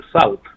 south